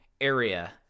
area